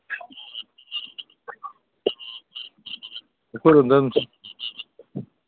ꯑꯩꯈꯣꯏꯔꯣꯝꯗ ꯑꯗꯨꯝ